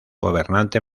gobernante